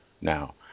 now